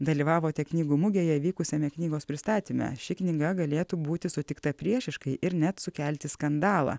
dalyvavote knygų mugėje vykusiame knygos pristatyme ši knyga galėtų būti sutikta priešiškai ir net sukelti skandalą